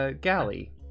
galley